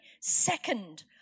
second